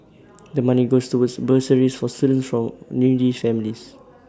the money goes towards bursaries for students from needy families